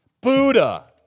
Buddha